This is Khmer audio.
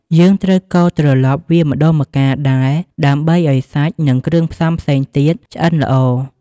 យើងត្រូវកូរត្រឡប់វាម្ដងម្កាលដែរ ដើម្បីឱ្យសាច់ និងគ្រឿងផ្សំផ្សេងទៀតឆ្អិនល្អ។